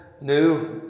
new